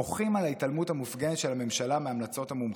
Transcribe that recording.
מוחים על ההתעלמות המופגנת של הממשלה מהמלצות המומחים.